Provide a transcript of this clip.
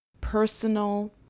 Personal